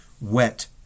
Wet